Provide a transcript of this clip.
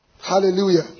Hallelujah